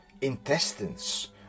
intestines